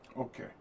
Okay